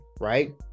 right